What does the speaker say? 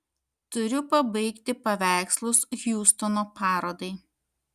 turiu pabaigti paveikslus hjustono parodai